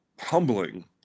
humbling